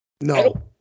No